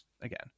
again